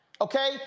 Okay